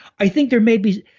i think there may be.